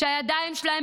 שהידיים שלהם